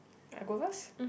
I go first